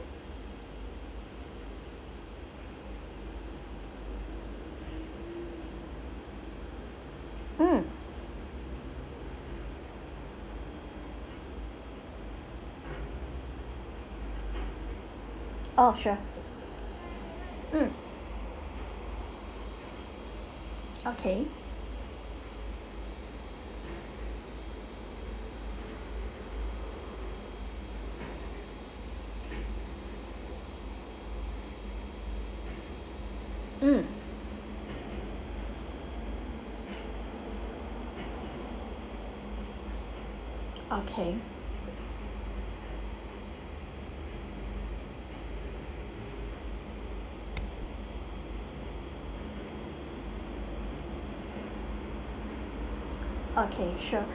mm oh sure mm okay mm okay okay sure